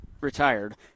retired